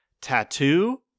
Tattoo